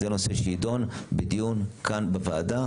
זה נושא שיידון בדיון כאן בוועדה,